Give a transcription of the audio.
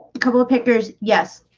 couple of pictures, yes,